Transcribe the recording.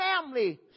family